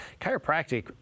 Chiropractic